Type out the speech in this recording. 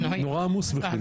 נורא עמוס.